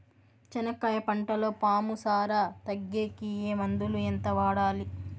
చెనక్కాయ పంటలో పాము సార తగ్గేకి ఏ మందులు? ఎంత వాడాలి?